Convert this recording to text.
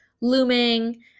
looming